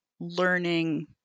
learning